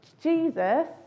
Jesus